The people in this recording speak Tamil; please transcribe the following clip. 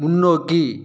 முன்னோக்கி